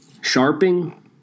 Sharping